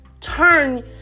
Turn